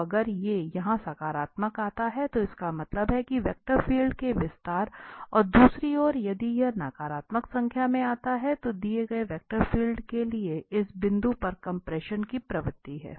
तोअगर ये यहाँ सकारात्मक आता है तो इसका मतलब है कि वैक्टर फील्ड के विस्तार और दूसरी ओर यदि यह नकारात्मक संख्या में आता है तो दिए गए वेक्टर क्षेत्र के लिए इस बिंदु पर कम्प्रेशन की प्रवृत्ति है